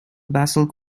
basalt